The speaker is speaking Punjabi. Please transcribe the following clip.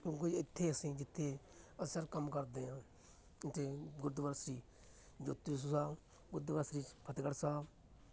ਕੋਈ ਇੱਥੇ ਅਸੀਂ ਜਿੱਥੇ ਅਸਲ ਕੰਮ ਕਰਦੇ ਹਾਂ ਜੇ ਗੁਰਦੁਆਰਾ ਸ਼੍ਰੀ ਜੋਤੀ ਸੂ ਸਾਹਿਬ ਗੁਰਦੁਆਰਾ ਸ਼੍ਰੀ ਫਤਿਹਗੜ੍ਹ ਸਾਹਿਬ